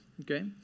Okay